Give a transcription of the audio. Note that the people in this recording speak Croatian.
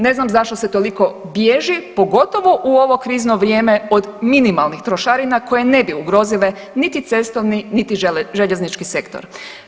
Ne znam zašto se toliko bježi pogotovo u ovo krizno vrijeme od minimalnih trošarina koje ne bi ugrozile niti cestovni niti željeznički sektor.